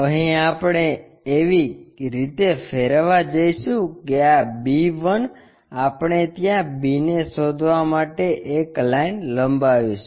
અહીં આપણે એવી રીતે ફેરવવા જઈશું કે આ b 1 આપણે ત્યાં b ને શોધવા માટે એક લાઈન લંબાવીશું